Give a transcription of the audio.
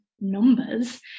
numbers